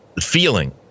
feeling